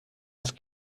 ist